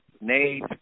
Nate